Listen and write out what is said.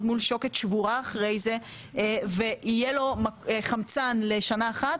מול שוקת שבורה אחרי זה ויהיה לו חמצן לשנה אחת,